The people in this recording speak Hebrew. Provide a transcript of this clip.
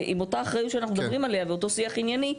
עם אותה אחריות שאנחנו מדברים עליה ועם אותו שיח ענייני,